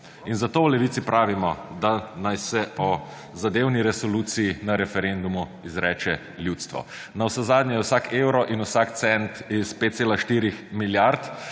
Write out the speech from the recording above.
In zato v Levici pravimo, da naj se o zadevni resoluciji na referendumu izreče ljudstvo. Navsezadnje je vsak evro in vsak cent iz 5,4 milijarde,